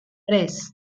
tres